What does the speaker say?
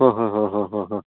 ಹಾಂ ಹಾಂ ಹಾಂ ಹಾಂ ಹಾಂ ಹಾಂ